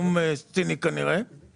חומר